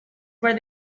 where